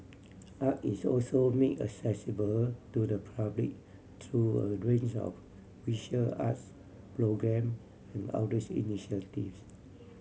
art is also make accessible to the public through a range of visual arts programme and outreach initiatives